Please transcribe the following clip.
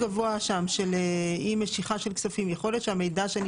יכול להיות שהמידע שנמסר להם הוא לא מלא,